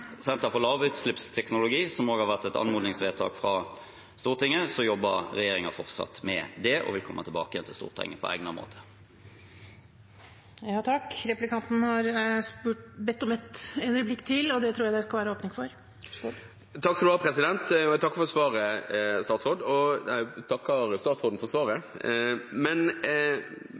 senter for lavutslippsteknologi, som også har vært et anmodningsvedtak fra Stortinget, jobber regjeringen fortsatt med det og vil komme tilbake igjen til Stortinget på egnet måte. Jeg takker statsråden for svaret. Men det jeg spurte om,